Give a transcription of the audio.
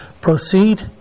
proceed